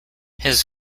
his